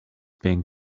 being